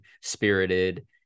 spirited